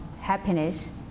happiness